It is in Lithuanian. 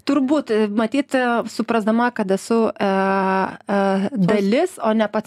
turbūt matyt suprasdama kad esu a a dalis o ne pats